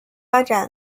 发展